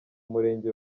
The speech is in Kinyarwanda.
murenge